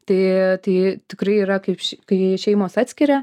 tai tai tikrai yra kaip ši kai šeimos atskiria